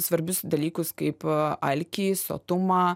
svarbius dalykus kaip alkį sotumą